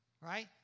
right